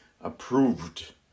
approved